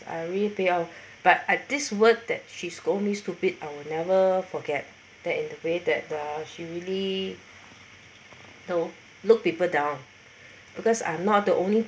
I really pay off but I this word that she scold me stupid I will never forget that in the way that uh she really you know look people down because I'm not the only